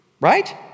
right